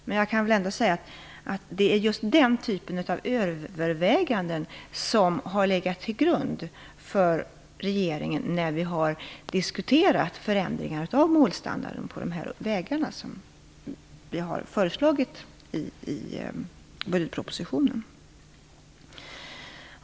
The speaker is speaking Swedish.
Men jag kan väl ändå säga att det är just den typen av överväganden som har legat till grund för regeringens diskussioner om förändringar av målstandarden på de här vägarna, som vi har föreslagit i budgetpropositionen.